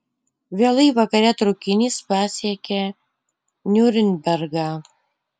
vėlai vakare traukinys pasiekia niurnbergą